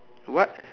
what